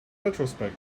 retrospect